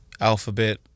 Alphabet